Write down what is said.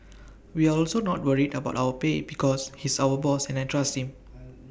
we are also not worried about our pay because he's our boss and I trust him